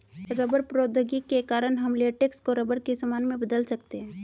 rubber प्रौद्योगिकी के कारण हम लेटेक्स को रबर के सामान में बदल सकते हैं